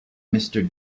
mister